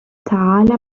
تعال